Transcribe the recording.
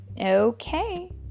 Okay